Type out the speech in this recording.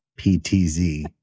PTZ